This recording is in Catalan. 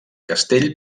castell